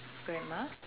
frame ah